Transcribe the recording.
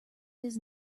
his